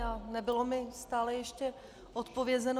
A nebylo mi stále ještě odpovězeno.